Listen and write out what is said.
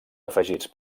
afegits